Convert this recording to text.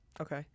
Okay